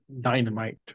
dynamite